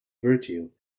virtue